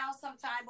sometime